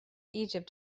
egypt